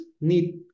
need